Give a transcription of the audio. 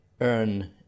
earn